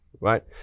Right